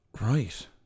Right